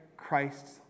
Christ's